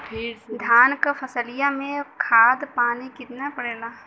धान क फसलिया मे खाद पानी कितना पड़े ला?